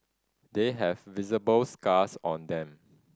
they have visible scars on them